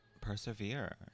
Persevere